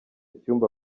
cyumba